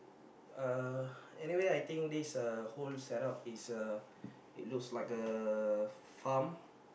uh anyway I think this whole setup is a it looks like a farm